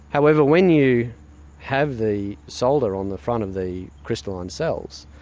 however, when you have the solder on the front of the crystalline cells,